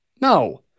No